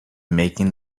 making